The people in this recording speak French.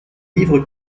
livres